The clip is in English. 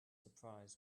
surprised